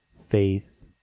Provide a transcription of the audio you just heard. faith